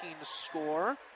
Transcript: score